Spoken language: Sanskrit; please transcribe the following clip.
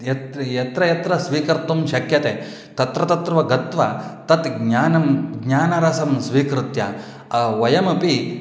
यत् यत्र यत्र स्वीकर्तुं शक्यते तत्र तत्र गत्वा तत् ज्ञानं ज्ञानरसं स्वीकृत्य वयमपि